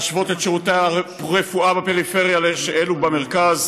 להשוות את שירותי הרפואה בפריפריה לאלה שבמרכז,